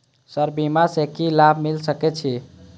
Sir बीमा से की लाभ मिल सके छी?